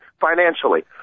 financially